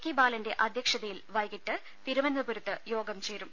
K ബാലന്റെ അധ്യക്ഷതയിൽ വൈകിട്ട് തിരുവനന്തപുരത്ത് യോഗം ചേരും